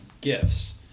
gifts